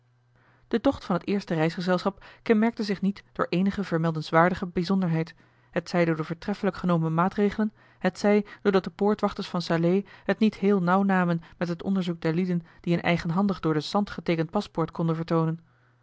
de tocht van het eerste reisgezelschap kenmerkte zich niet door eenige vermeldenswaardige bijzonderheid hetzij door de voortreffelijk genomen maatregelen hetzij doordat de poortwachters van salé het niet heel nauw namen met het onderzoek der lieden die een eigenhandig door den sant geteekend paspoort konden vertoonen